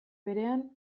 berean